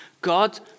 God